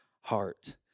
heart